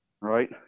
right